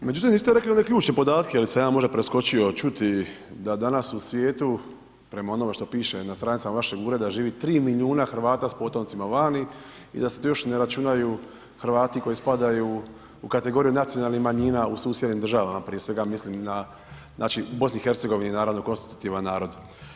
Međutim, niste rekli one ključne podatke ili sam ja možda preskočio čuti da danas u svijetu prema onome što piše na stranicama vašeg ureda živi 3 milijuna Hrvata s potomcima vani i da se tu još ne računaju Hrvati koji spadaju u kategoriju nacionalnih manjina u susjednim državama, prije svega mislim na BiH, naravno konstitutivan narod.